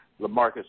LaMarcus